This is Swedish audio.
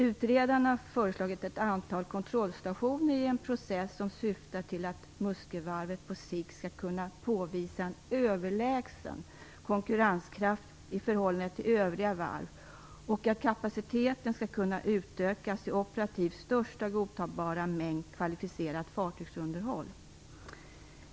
Utredaren har föreslagit ett antal kontrollstationer i en process som syftar till att Muskövarvet på sikt skall kunna påvisa en överlägsen konkurrenskraft i förhållande till övriga varv och att kapaciteten skall kunna utökas till operativt största godtagbara mängd kvalificerat fartygsunderhåll.